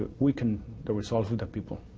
weaken the resolve of the people.